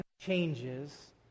changes